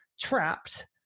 trapped